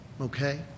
Okay